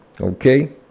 Okay